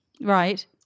Right